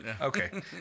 Okay